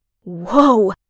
Whoa